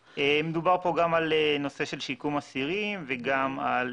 מדובר כאן גם על נושא של שיקום אסירים וגם על